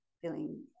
feeling